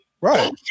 right